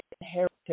inherited